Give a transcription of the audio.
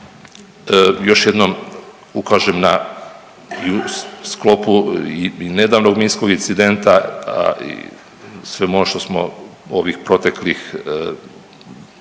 još jednom ukažem na i u sklopu nedavnog minskog incidenta, a i svemu ovome što smo ovih proteklih